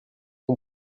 ton